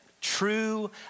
true